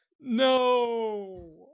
No